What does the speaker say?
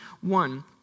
one